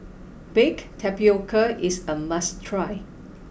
Baked Tpioca is a must try